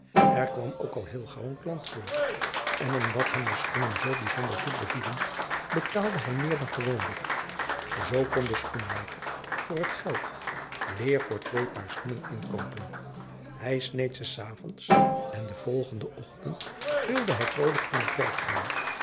er kwam ook al heel gauw een klant voor en omdat hem de schoenen zoo bijzonder goed bevielen betaalde hij meer dan gewoonlijk zoo kon de schoenmaker voor het geld leêr voor twee paar schoenen inkoopen hij sneed ze s avonds en den volgenden ochtend wilde hij vroolijk aan t werk gaan